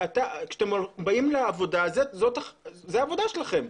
כשאתם באים לעבודה, זו העבודה שלכם,